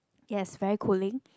yes very cooling